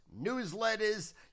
newsletters